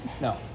No